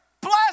bless